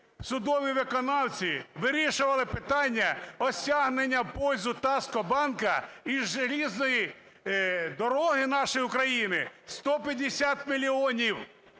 судові виконавці вирішували питання про стягнення в пользу "Таскомбанка" із залізної дороги нашої країни, 150 мільйонів,